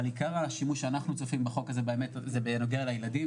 אבל עיקר השימוש שאנחנו צריכים בחוק הזה באמת זה בנוגע לילדים,